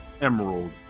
Emerald